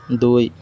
ଦୁଇ